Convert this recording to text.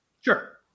Sure